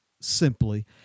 simply